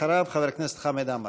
אחריו, חבר הכנסת חמד עמאר.